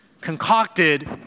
concocted